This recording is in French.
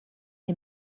les